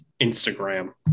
instagram